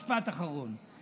משפט אחרון.